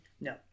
no